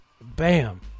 Bam